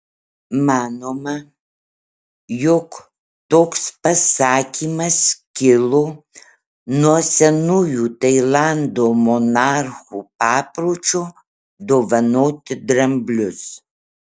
manoma jog toks pasakymas kilo nuo senųjų tailando monarchų papročio dovanoti dramblius